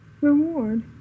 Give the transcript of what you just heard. Reward